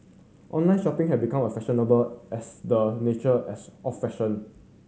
online shopping have become a fashionable as the nature as a fashion